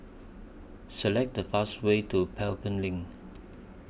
Select The fastest Way to Pelton LINK